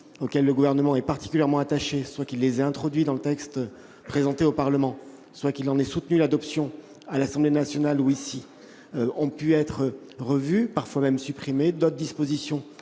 auxquelles le Gouvernement est particulièrement attaché, soit qu'il les ait introduites dans le projet de loi présenté au Parlement, soit qu'il en ait soutenu l'adoption à l'Assemblée nationale ou dans cette enceinte, ont pu être revues, parfois même supprimées ; d'autres ont